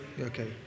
Okay